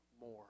more